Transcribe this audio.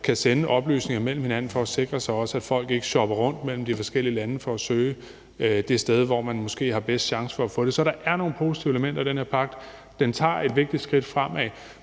kan sende oplysninger mellem hinanden for at sikre sig, at folk ikke shopper rundt mellem landene for at søge asyl det sted, hvor man måske har den bedste chance for at få det. Så der er nogle positive elementer i den her pagt, og den tager et vigtigt skridt fremad,